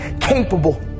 capable